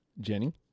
Jenny